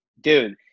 dude